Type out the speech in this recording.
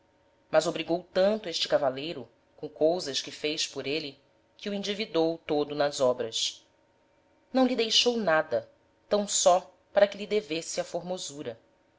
mas obrigou tanto este cavaleiro com cousas que fez por êle que o endividou todo nas obras não lhe deixou nada tam só para que lhe devesse a formosura